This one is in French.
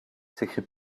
s’écria